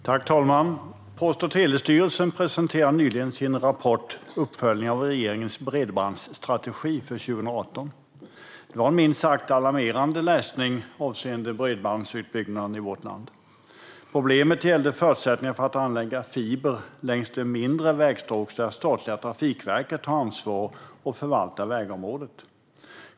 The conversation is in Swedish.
Herr talman! Post och telestyrelsen presenterade nyligen sin rapport Uppföljning av regeringens bredbandsstrategi 2018 . Det var minst sagt alarmerande läsning avseende bredbandsutbyggnaden i vårt land. Problemet gällde förutsättningar för att anlägga fiber längs mindre vägstråk där statliga Trafikverket förvaltar vägområdet.